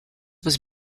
was